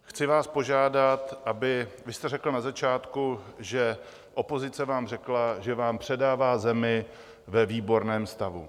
Chci vás požádat, aby vy jste řekl na začátku, že opozice vám řekla, že vám předává zemi ve výborném stavu.